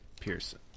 Pearson